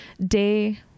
day